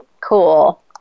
cool